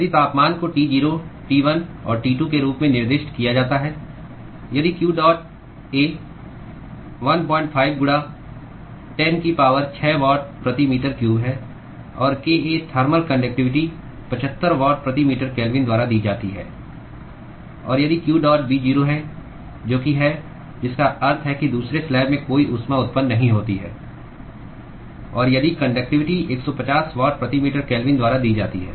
यदि तापमान को T0 T1 और T2 के रूप में निर्दिष्ट किया जाता है यदि q डॉट a 15 गुणा 10 की पावर 6 वाट प्रति मीटर क्यूब है और kA थर्मल कंडक्टिविटी 75 वाट प्रति मीटर केल्विन द्वारा दी जाती है और यदि q डॉट B 0 है जो कि है जिसका अर्थ है कि दूसरे स्लैब में कोई ऊष्मा उत्पन्न नहीं होती है और यदि कंडक्टिविटी 150 वाट प्रति मीटर केल्विन द्वारा दी जाती है